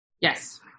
Yes